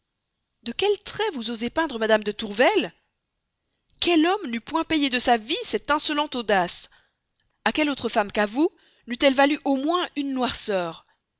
de quels traits vous osez peindre madame de tourvel quel homme n'eût pas payé de sa vie cette insolente audace à quelle autre femme qu'à vous n'eût-elle pas valu au moins une noirceur